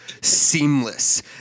seamless